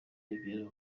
remera